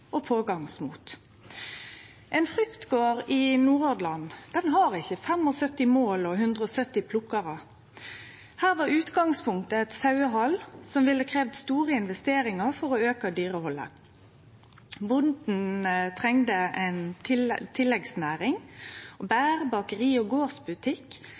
og pågangsmot. Ein fruktgard i Nordhordland har ikkje 75 mål og 170 plukkarar. Her var utgangspunktet eit sauehald som ville ha kravd store investeringar for å auke dyrehaldet. Bonden trengte ei tilleggsnæring. Bær, bakeri og